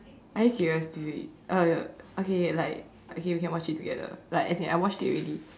are you serious dude uh okay like okay we can watch it together like as in I watched it already